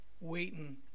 waiting